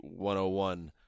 101